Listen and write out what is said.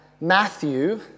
Matthew